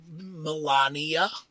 Melania